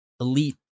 elite